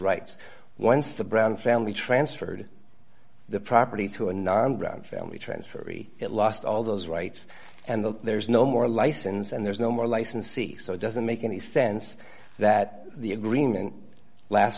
rights once the brown family transferred the property to a non drug family transferee it lost all those rights and that there's no more license and there's no more licensee so it doesn't make any sense that the agreement last